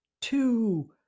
two